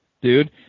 dude